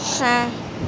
چھ